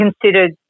considered